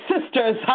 sisters